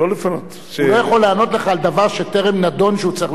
הוא לא יכול לענות לך על דבר שטרם נדון שהוא צריך להביא את ההכרעה,